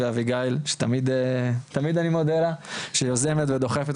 ואביגיל שתמיד אני מודה לה שיוזמת ודוחפת